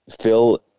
Phil